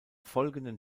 folgenden